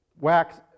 wax